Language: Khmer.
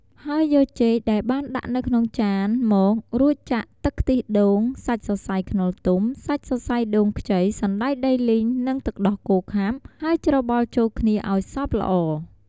ហើយយកចេកដែលបានដាក់នៅក្នុងចានមក រួចចាក់ទឹកខ្ទិះដូង សាច់សរសៃខ្នុរទុំ សាច់សរសៃដូងខ្ចី សណ្ដែកដីលីង និងទឹកដោះគោខាប់ ហើយច្របល់ចូលគ្នាអោយសព្វល្អ។